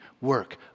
work